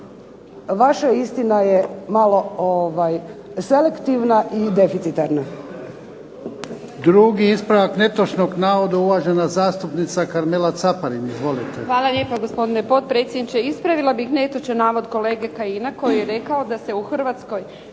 vaša istina je malo selektivna i deficitarna. **Jarnjak, Ivan (HDZ)** Drugi ispravak netočnog navoda, uvažena zastupnica Karmela Caparin. Izvolite. **Caparin, Karmela (HDZ)** Hvala lijepa gospdine potpredsjedniče. Ispravila bih netočan navod kolege Kajina koji je rekao da se u Hrvatskoj